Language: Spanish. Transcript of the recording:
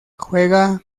juega